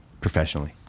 professionally